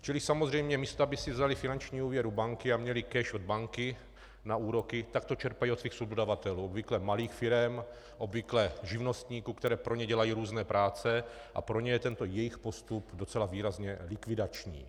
Čili samozřejmě místo aby si vzaly finanční úvěr u banky a měly cash od banky na úroky, tak to čerpají od svých subdodavatelů, obvykle malých firem, obvykle živnostníků, kteří pro ně dělají různé práce, a pro ně je tento jejich postup docela výrazně likvidační.